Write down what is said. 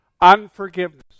unforgiveness